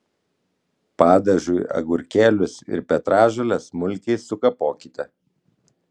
padažui agurkėlius ir petražoles smulkiai sukapokite